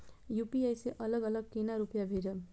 UPI से अलग अलग केना रुपया भेजब